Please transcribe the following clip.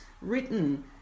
written